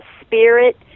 spirit